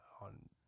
on